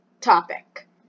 topic